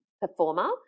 performer